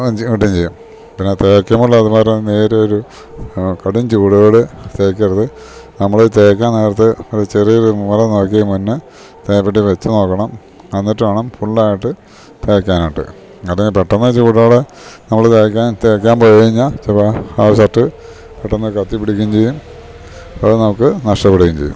ആ അഞ്ചേം കിട്ടേം ചെയ്യും പിന്നെ തേക്കുമ്പുള്ളതു പോലെ നേര്യോരു കടും ചൂടോടെ തേക്കരുത് നമ്മള് തേക്കാൻ നേരത്ത് ഒരു ചെറിയൊരു മൂലം നോക്കി മുന്നെ തേപ്പെട്ടി വെച്ച് നോക്കണം അന്നിട്ട് വേണം ഫുള്ളായിട്ട് തേക്കാനാട്ട് അല്ലെങ്കില് പെട്ടെന്ന് ചൂടോടെ നമ്മള് തേക്കാൻ തേക്കാൻ പോയ് കഴിഞ്ഞാ ചെലപ്പോ ആ ഷർട്ട് പെട്ടെന്ന് കത്തി പിടിക്കേം ചെയ്യും അത് നമ്ക്ക് നഷ്ടപ്പെടേം ചെയ്യും